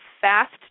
fast